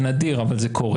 זה נדיר, אבל זה קורה.